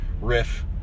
riff